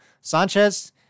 Sanchez